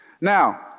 Now